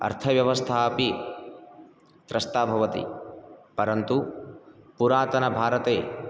अर्थव्यवस्था अपि त्रस्ता भवति परन्तु पुरातनभारते